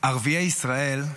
ערביי ישראל,